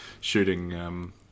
shooting